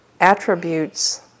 attributes